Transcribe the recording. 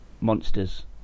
monsters